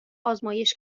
آزمایش